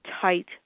tight